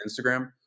Instagram